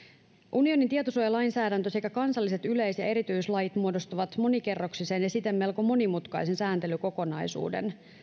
unionin tietosuojalainsäädäntö sekä kansalliset yleis ja erityislait muodostavat monikerroksisen ja siten melko monimutkaisen sääntelykokonaisuuden